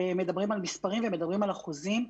מדברים על מספרים ומדברים על אחוזים.